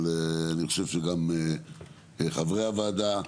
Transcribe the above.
אבל אני חושב שגם חברי הוועדה,